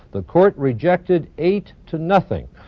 the court rejected eight to nothing.